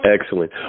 Excellent